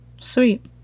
sweet